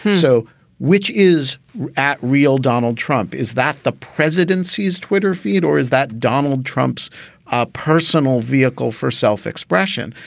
so which is at real, donald trump? is that the presidency's twitter feed or is that donald trump's ah personal vehicle for self-expression?